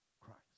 Christ